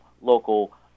local